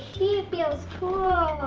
he feels cool!